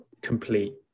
complete